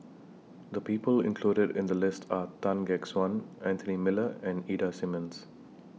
The People included in The list Are Tan Gek Suan Anthony Miller and Ida Simmons